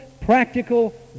practical